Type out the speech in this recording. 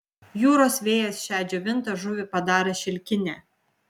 jūros vėjas šią džiovintą žuvį padarė šilkinę